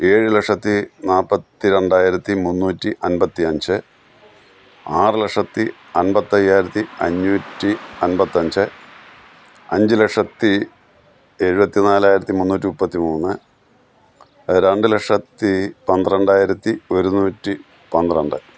ഏഴ് ലക്ഷത്തി നാൽപ്പത്തി രണ്ടായിരത്തി മുന്നൂറ്റി അൻപത്തി അഞ്ച് ആറ് ലക്ഷത്തി അൻപത്തയ്യായിരത്തി അഞ്ഞൂറ്റി അൻപത്തഞ്ച് അഞ്ച് ലക്ഷത്തി എഴുപത്തി നാലായിരത്തി മുന്നൂറ്റി മുപ്പത്തി മൂന്നു രണ്ട് ലക്ഷത്തി പന്ത്രണ്ടായിരത്തി ഒരുന്നൂറ്റി പന്ത്രണ്ട്